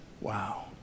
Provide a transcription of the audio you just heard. Wow